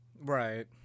Right